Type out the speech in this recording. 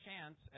chance